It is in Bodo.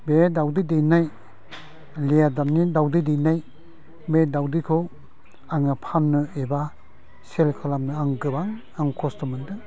बे दाउदै दैनाय लियार दाउनि दाउदै दैनाय बे दाउदैखौ आङो फाननो एबा सेल खालामनो आं गोबां आं खस्थ' मोन्दों